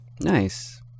Nice